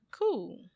cool